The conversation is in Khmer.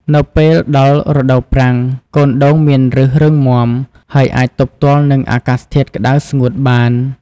នៅពេលដល់រដូវប្រាំង កូនដូងមានឫសរឹងមាំហើយអាចទប់ទល់នឹងអាកាសធាតុក្ដៅស្ងួតបាន។